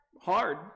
hard